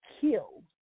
kill